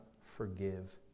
forgive